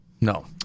No